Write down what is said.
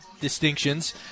distinctions